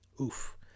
Oof